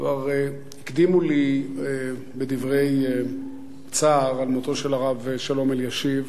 כבר הקדימו אותי בדברי צער על מותו של הרב שלום אלישיב